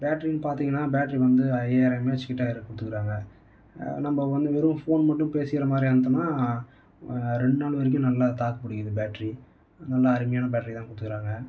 பேட்டரின்னு பார்த்தீங்கன்னா பேட்டரி வந்து ஐயாயிரம் எம்எச் கிட்ட அதில் கொடுத்துருக்காங்க நம்ப ஒன்றும் வெறும் ஃபோன் மட்டும் பேசிகிற மாதிரியா இருந்தோம்னா ரெண்டு நாள் வரைக்கும் நல்லா தாக்கு பிடிக்கிது பேட்டரி நல்ல அருமையான பேட்டரி தான் கொடுத்துருக்குறாங்க